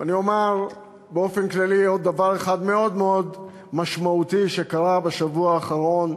ואני אומר באופן כללי עוד דבר אחד מאוד מאוד משמעותי שקרה בשבוע האחרון,